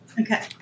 Okay